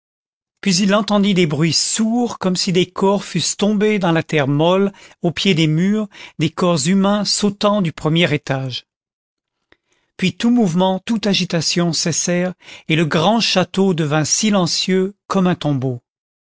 puis il entendit des bruits sourds comme si des corps fussent tombés dans la terre molle au pied des murs des corps humains sautant du premier étage puis tout mouvement toute agitation cessèrent et le grand château devint silencieux comme un tombeau